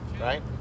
right